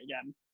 again